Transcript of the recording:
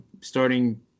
starting